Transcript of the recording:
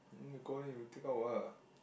then you go then you take out ah